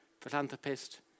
philanthropist